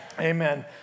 Amen